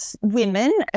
women